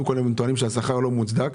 טוענים שהשכר לא מוצדק,